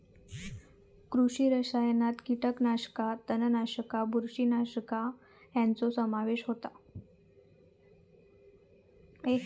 कृषी रसायनात कीटकनाशका, तणनाशका, बुरशीनाशका, नेमाटाइड्स ह्यांचो समावेश होता